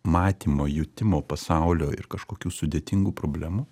matymo jutimo pasaulio ir kažkokių sudėtingų problemų